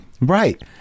Right